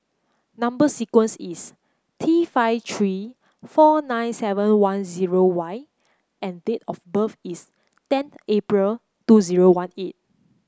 number sequence is T five three four nine seven one zero Y and date of birth is ten April two zero one eight